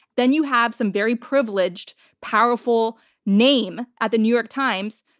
then you have some very privileged, powerful name at the new york times,